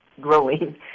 growing